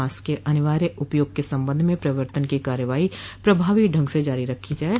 mask के अनिवार्य उपयोग के संबंध में प्रवर्तन की कार्यवाही प्रभावी ढंग से जारी रखी जाये